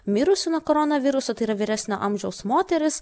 mirusi nuo koronaviruso tai yra vyresnio amžiaus moteris